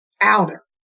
outer